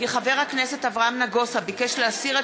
כי חבר הכנסת אברהם נגוסה ביקש להסיר את